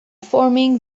forming